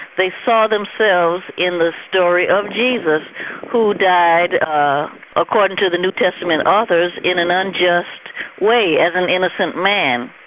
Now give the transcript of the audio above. they saw themselves in the story of jesus who died according to the new testament authors in an unjust way, as an innocent man.